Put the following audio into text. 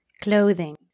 clothing